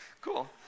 Cool